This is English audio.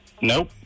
Nope